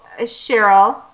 Cheryl